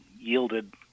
yielded